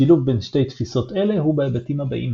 שילוב בין שתי תפיסות אלה הוא בהיבטים הבאים